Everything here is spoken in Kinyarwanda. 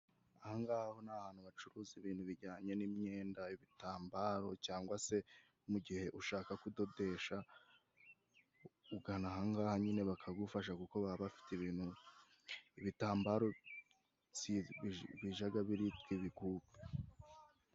Ahangaha ni ahantu bacuruza ibintu bijyanye n'imyenda ibitambaro, cyangwa se mu gihe ushaka kudodesha, ugana ahangaha nyine bakagufasha kuko baba bafite ibintu ibitambaro bijaga biritwa ibikupe.